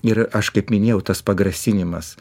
ir aš kaip minėjau tas pagrasinimas